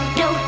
no